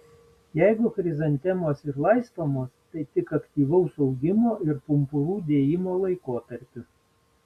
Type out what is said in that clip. jeigu chrizantemos ir laistomos tai tik aktyvaus augimo ir pumpurų dėjimo laikotarpiu